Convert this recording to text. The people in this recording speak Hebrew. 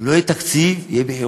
אם לא יהיה תקציב, יהיו בחירות.